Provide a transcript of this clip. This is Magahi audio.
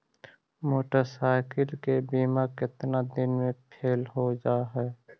मोटरसाइकिल के बिमा केतना दिन मे फेल हो जा है?